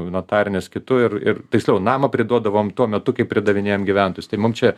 notarines kitu ir ir tiksliau namą priduodavom tuo metu kai pridavinėjam gyventojus tai mum čia